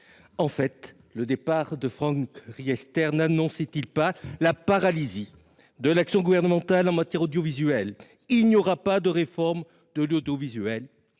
! Le départ de Franck Riester n'annonçait-il pas, en fait, la paralysie de l'action gouvernementale en matière audiovisuelle ? Il n'y aura pas de réforme de l'audiovisuel.